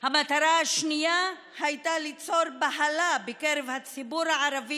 המטרה השנייה הייתה ליצור בהלה בקרב הציבור הערבי